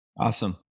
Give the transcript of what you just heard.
awesome